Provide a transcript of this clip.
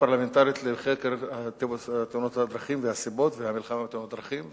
לחקר תאונות הדרכים והסיבות והמלחמה בתאונות הדרכים,